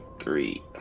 three